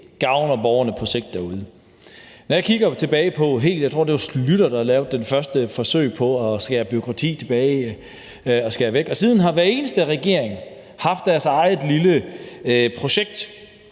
gavner borgerne derude på sigt. Jeg tror, det var Schlüter, der lavede det første forsøg på at skære bureaukrati væk, og siden har hver eneste regering haft deres eget lille projekt,